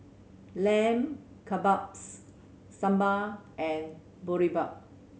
Lamb Kebabs Sambar and Boribap